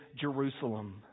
Jerusalem